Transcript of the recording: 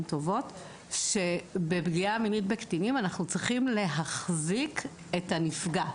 טובות שבפגיעה מינית בקטינים אנחנו צריכים להחזיק את הנפגע,